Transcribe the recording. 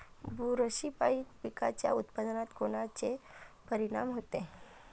बुरशीपायी पिकाच्या उत्पादनात कोनचे परीनाम होते?